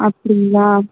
அப்பிடிங்களா